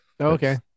okay